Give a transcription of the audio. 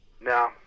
No